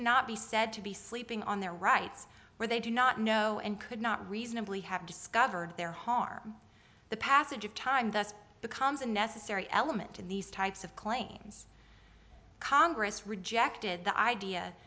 cannot be said to be sleeping on their rights where they do not know and could not reasonably have discovered their harm the passage of time thus becomes a necessary element in these types of claims congress rejected the idea